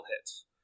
hits